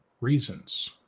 reasons